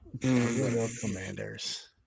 Commanders